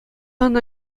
ӑна